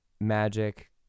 Magic